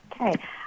Okay